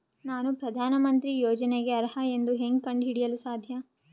ನಾನು ಪ್ರಧಾನ ಮಂತ್ರಿ ಯೋಜನೆಗೆ ಅರ್ಹ ಎಂದು ಹೆಂಗ್ ಕಂಡ ಹಿಡಿಯಲು ಸಾಧ್ಯ?